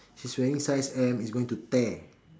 she's wearing size M it's going to tear